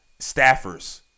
staffers